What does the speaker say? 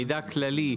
מידע כללי,